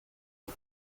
auf